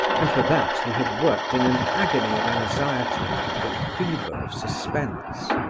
and for that he had worked in an agony of anxiety and a fever of suspense.